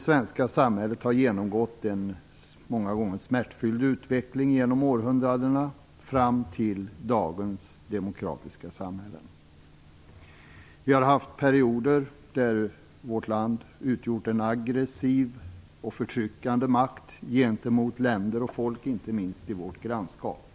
Sverige har genomgått en många gånger smärtfylld utveckling genom århundradena fram till dagens demokratiska samhälle. Det har funnits perioder då vårt land utgjort en aggressiv och förtryckande makt gentemot länder och folk, inte minst i vårt grannskap.